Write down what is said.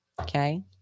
Okay